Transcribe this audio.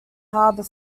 harbor